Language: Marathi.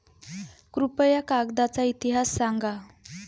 कृपया कागदाचा इतिहास सांगा